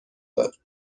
داد